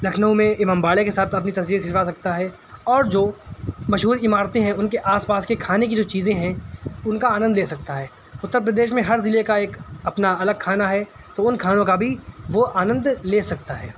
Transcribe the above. لکھنؤ میں امام باڑے کے ساتھ اپنی تصویر کھینچوا سکتا ہے اور جو مشہور عمارتیں ہیں ان کے آس پاس کی کھانے کی جو چیزیں ہیں ان کا آنند لے سکتا ہے اتر پردیش میں ہر ضلعے کا ایک اپنا الگ کھانا ہے تو ان کھانوں کا بھی وہ آنند لے سکتا ہے